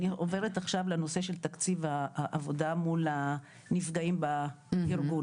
אני עוברת עכשיו לנושא של תקציב העבודה מול הנפגעים בארגון.